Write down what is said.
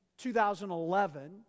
2011